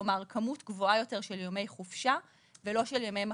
כלומר כמות גבוהה יותר של ימי חופשה ולא של ימי מחלה.